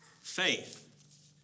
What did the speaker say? faith